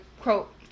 quote